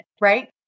right